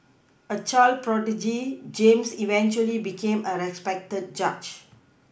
a child prodigy James eventually became a respected judge